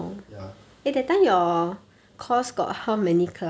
ya